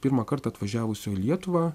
pirmąkart atvažiavusio į lietuvą